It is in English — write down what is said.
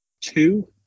two